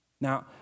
Now